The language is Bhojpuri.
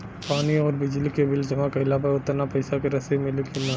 पानी आउरबिजली के बिल जमा कईला पर उतना पईसा के रसिद मिली की न?